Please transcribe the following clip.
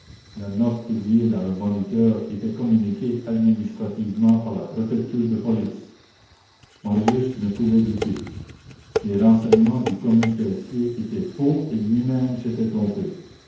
la note publiée dans le moniteur était communiquée administrativement par la préfecture de police marius ne pouvait douter les renseignements du commis caissier étaient faux et lui-même s'était trompé